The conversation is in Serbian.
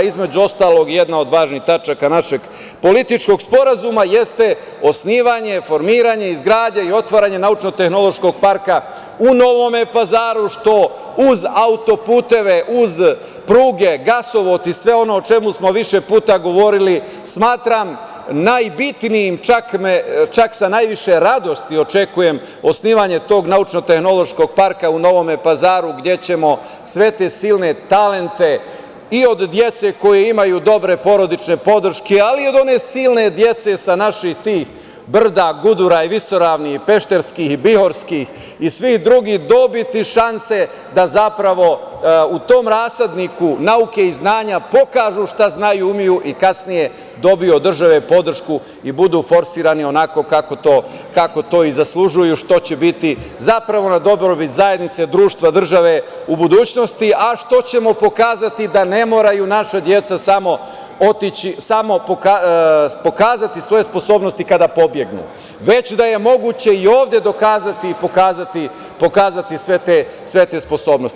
Između ostalog, jedna od važnih tačaka našeg političkog sporazuma jeste osnivanje, formiranje, izgradnja i otvaranje naučno-tehnološkog parka u Novom Pazaru, što uz auto-puteve, uz pruge, gasovod i sve ono o čemu smo više puta govorili smatram najbitnijim, čak sa najviše radosti očekujem osnivanje tog naučno-tehnološkog parka u Novom Pazaru, gde ćemo sve te silne talente i od dece koja imaju dobru porodičnu podršku ali i od one silne dece sa naših brda, gudura i visoravni, Pešterskih, Bihorskih i svih drugih dobiti šanse da zapravo u tom rasadniku nauke i znanja pokažu šta znaju, umeju i kasnije dobiju od države podršku i budu forsirani onako kako to i zaslužuju, što će biti zapravo na dobrobit zajednice, društva, države, u budućnosti, a što ćemo dokazati da ne moraju naša deca pokazati svoje sposobnosti kada pobegnu, već da je moguće i ovde pokazati i dokazati sve te sposobnosti.